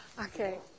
Okay